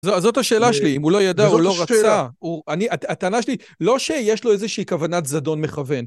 זאת השאלה שלי, אם הוא לא ידע, הוא לא רצה. הטענה שלי, לא שיש לו איזושהי כוונת זדון מכוון.